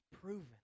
proven